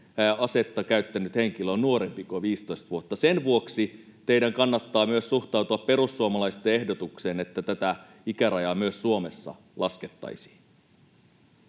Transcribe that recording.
asetta käyttänyt henkilö on nuorempi kuin 15 vuotta. Sen vuoksi teidän kannattaa myös suhtautua perussuomalaisten ehdotukseen, että tätä ikärajaa myös Suomessa laskettaisiin.